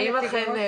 שלום רב לכולם,